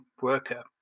worker